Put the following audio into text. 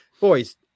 boys